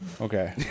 okay